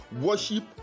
worship